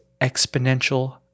exponential